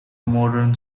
modern